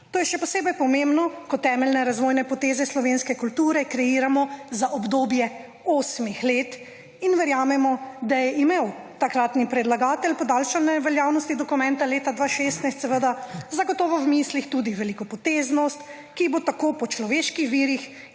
To je še posebej pomembno ko temeljne razvojne poteze slovenske kulture kreiramo za obdobje osmih let in verjamemo, da je imel takratni predlagatelj **44. TRAK: (NB) – 12.35** (Nadaljevanje): podaljšane veljavnosti dokumenta leta 2016, zagotovo v mislih tudi velikopoteznost, ki bo tako po človeških virih